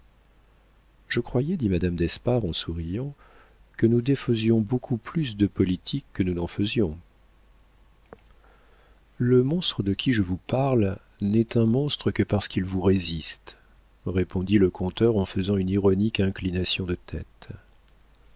je croyais dit madame d'espard en souriant que nous défaisions beaucoup plus de politiques que nous n'en faisions le monstre de qui je vous parle n'est un monstre que parce qu'il vous résiste répondit le conteur en faisant une ironique inclination de tête